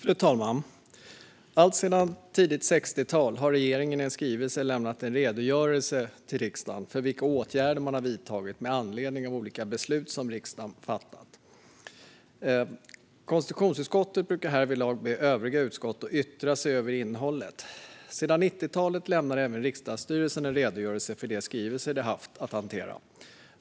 Fru talman! Alltsedan tidigt 60-tal har regeringen i en skrivelse lämnat en redogörelse till riksdagen för vilka åtgärder man har vidtagit med anledning av olika beslut som riksdagen fattat. Konstitutionsutskottet brukar härvidlag be övriga utskott att yttra sig över innehållet. Sedan 90-talet lämnar även riksdagsstyrelsen en redogörelse för de skrivelser de haft att hantera.